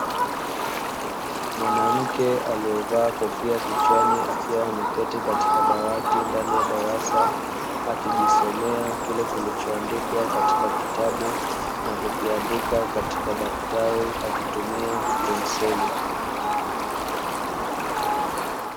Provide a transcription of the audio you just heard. Mwanamke aliyevaa kofia kichwani akiwa ameketi katika dawati ndani ya darasa akijisomea kile kilicho andikwa ndani ya kitabu na kukiandika katika daftari akitumia penseli.